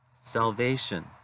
salvation